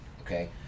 okay